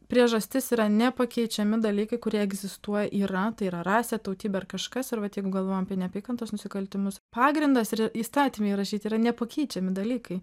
priežastis yra nepakeičiami dalykai kurie egzistuoja yra tai yra rasė tautybė ar kažkas arba tai jeigu galvojam apie neapykantos nusikaltimus pagrindas ir įstatyme įrašyti yra nepakeičiami dalykai